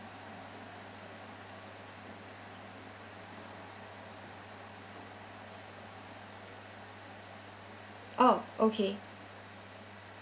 oh okay